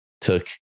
took